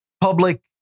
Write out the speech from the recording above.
public